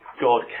God